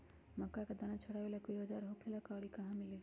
मक्का के दाना छोराबेला कोई औजार होखेला का और इ कहा मिली?